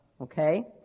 okay